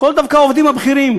דווקא העובדים הבכירים.